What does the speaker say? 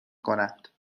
کند